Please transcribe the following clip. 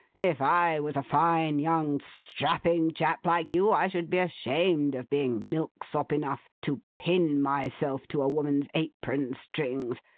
if i was a fine, young, strapping chap like you, i should be ashamed of being milksop enough to pin myself to a woman's apron-strings!